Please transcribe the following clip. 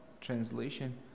translation